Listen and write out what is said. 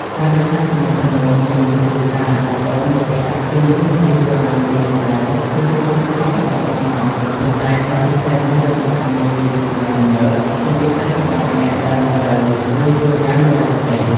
ការរក្សាទំនាក់ទំនងជាមួយគ្រួសារ បងប្អូន មិត្តភក្តិ ឬមនុស្សជាទីស្រឡាញ់ពីចម្ងាយ គឺជាបទពិសោធន៍ដ៏ស្មុគស្មាញ ប៉ុន្តែក៏ជាផ្នែកមួយដ៏សំខាន់នៃជីវិតសម័យទំនើប ជាពិសេសសម្រាប់អ្នកដែលរស់នៅ ឬធ្វើការនៅបរទេស។